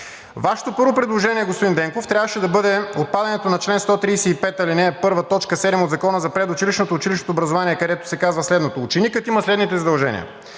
Вашето първо предложение, господин Денков, трябваше да бъде отпадането на чл. 135, ал. 1, т. 7 от Закона за предучилищното и училищното образование, където се казва следното: „Ученикът има следните задължения: